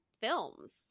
films